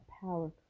power